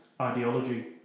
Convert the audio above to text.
ideology